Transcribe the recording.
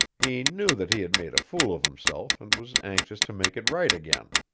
he knew that he had made a fool of himself, and was anxious to make it right again.